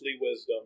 wisdom